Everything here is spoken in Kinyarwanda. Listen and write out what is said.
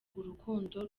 urukundo